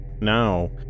Now